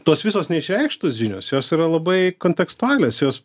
tos visos neišreikštos žinios jos yra labai kontekstualios jos